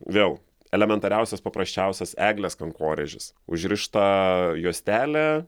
vėl elementariausias paprasčiausias eglės kankorėžis užrišta juostelė